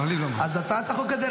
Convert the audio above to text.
יצטרכו --- זה תהליך לא פשוט.